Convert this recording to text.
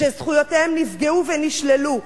שזכויותיהם נפגעו ונשללו.